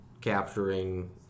capturing